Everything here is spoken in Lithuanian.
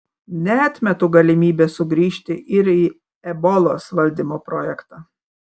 neatmetu galimybės sugrįžti ir į ebolos valdymo projektą